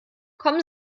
kommen